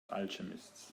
alchemists